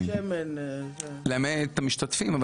לא מעניין את המשתתפים.